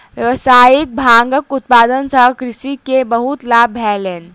व्यावसायिक भांगक उत्पादन सॅ कृषक के बहुत लाभ भेलैन